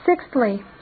Sixthly